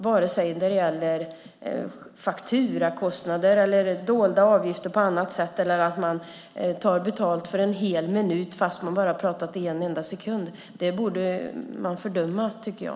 Det kan handla om fakturakostnader eller dolda avgifter på annat sätt eller att det tas betalt för en hel minut fast man bara har pratat i en enda sekund. Det borde fördömas, tycker jag.